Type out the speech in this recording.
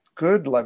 Good